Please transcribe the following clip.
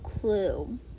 clue